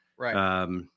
Right